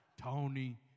Tony